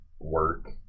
work